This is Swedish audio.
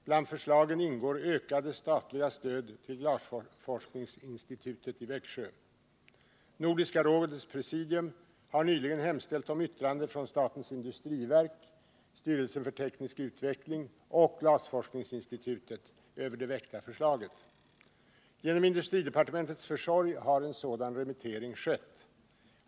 Bland förslagen ingår ökade statliga stöd till Glasforskningsinstitutet i Växjö. Nordiska rådets presidium har nyligen hemställt om yttrande från statens industriverk, styrelsen för teknisk utveckling och Glasforskningsinstitutet över det väckta förslaget. Genom industridepartementets försorg har en sådan remittering skett.